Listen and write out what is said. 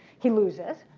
he loses.